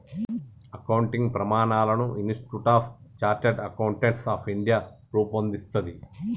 accounting ప్రమాణాలను Institute of Chartered Accountants of India రూపొందిస్తది